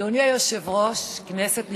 אדוני היושב-ראש, כנסת נכבדה,